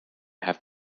have